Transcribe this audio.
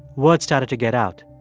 word started to get out.